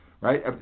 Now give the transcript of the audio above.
right